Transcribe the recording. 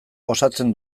osatzen